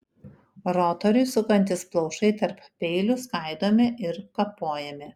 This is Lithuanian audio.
rotoriui sukantis plaušai tarp peilių skaidomi ir kapojami